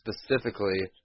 specifically